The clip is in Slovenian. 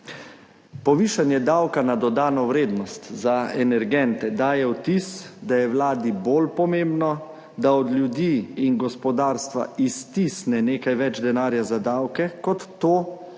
Povišanje davka na dodano vrednost za energente daje vtis, da je Vladi bolj pomembno, da od ljudi in gospodarstva iztisne nekaj več denarja za davke, kot to,